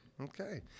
Okay